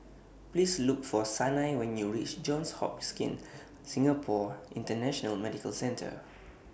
Please Look For Sanai when YOU REACH Johns Hopkins Singapore International Medical Centre